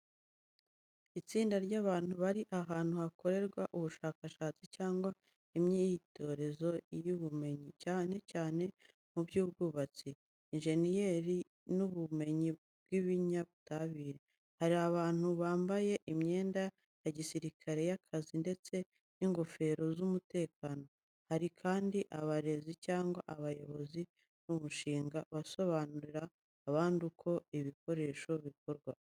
Itsinda ry’abantu bari ahantu hakorerwa ubushakashatsi cyangwa imyimenyerezo y’ubumenyi, cyane cyane mu by'ubwubatsi, injeniyeri, n'ubumenyi bw'ibinyabutabire. Hari abantu bambaye imyenda ya gisirikari y’akazi ndetse n'ingofero z’umutekano. Hari kandi abarezi cyangwa abayobozi b’umushinga basobanurira abandi uko ibikoresho bikora.